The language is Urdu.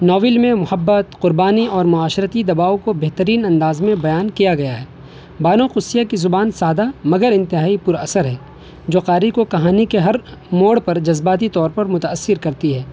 ناول میں محبت قربانی اور معاشرتی دباؤ كو بہترین انداز میں بیان کیا گیا ہے بانو قدسیہ کی زبان سادہ مگر انتہائی پر اثر ہے جو قاری کو کہانی کے ہر موڑ پر جذباتی طور پر متأثر كرتی ہے